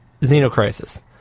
Xenocrisis